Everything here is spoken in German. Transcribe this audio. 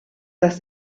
das